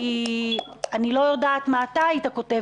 כי אני לא יודעת מה אתה היית כותב